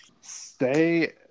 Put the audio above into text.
stay